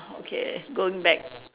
okay going back